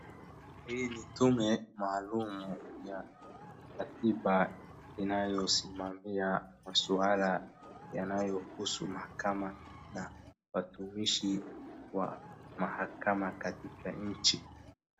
Hii ni tume maalum ya katiba inayosimamia maswala yanayohusu mahakama na watumishi wa mahakama katika nchi.